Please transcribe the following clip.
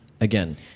again